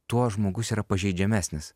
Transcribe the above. tuo žmogus yra pažeidžiamesnis